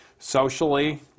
Socially